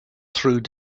through